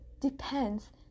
depends